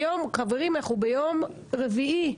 והיום אנחנו ביום רביעי,